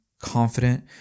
confident